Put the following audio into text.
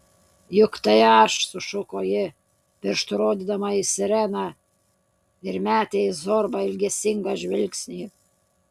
juk tai aš sušuko ji pirštu rodydama į sireną ir metė į zorbą ilgesingą žvilgsnį